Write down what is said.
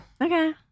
Okay